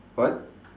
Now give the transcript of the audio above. what